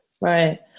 Right